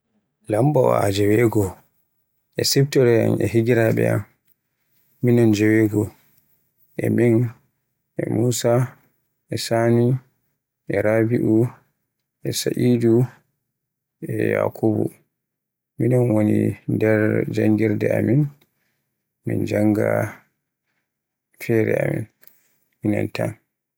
Lambaawa jewegoo e siftoroyam e higiraaɓe am, minon jewegoo, e min e Musa e Sani, e Rabiu, e Saidu e Yakubu. Minon woni nder janngirde amin, min jannga fere amin minon tam.